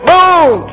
Boom